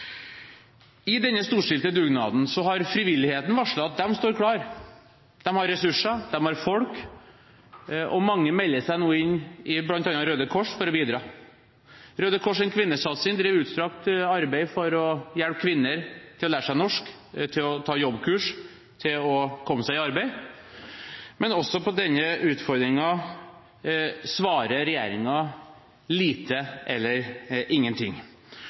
I denne storstilte dugnaden har frivilligheten varslet at de står klare. De har ressurser, de har folk, og mange melder seg nå inn i bl.a. Røde Kors for å bidra. Røde Kors sin kvinnesatsing driver utstrakt arbeid for å hjelpe kvinner til å lære seg norsk, til å ta jobbkurs og til å komme seg i arbeid. Men også på denne utfordringen svarer regjeringen lite eller ingenting.